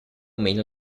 meno